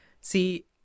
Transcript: See